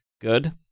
Good